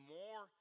more